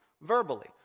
Verbally